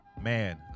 Man